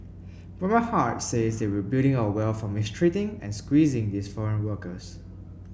but my heart says that we're building our wealth from mistreating and squeezing these foreign workers